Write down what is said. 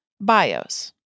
BIOS